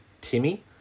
Timmy